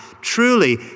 truly